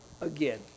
again